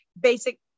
basic